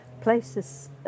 Places